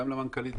למנכ"לית,